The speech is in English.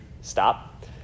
Stop